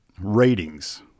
Ratings